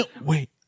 wait